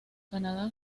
canadá